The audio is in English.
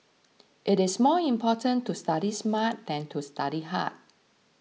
it is more important to study smart than to study hard